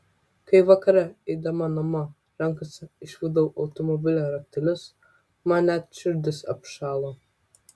kai vakare eidama namo rankose išvydau automobilio raktelius man net širdis apsalo